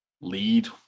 lead